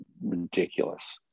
ridiculous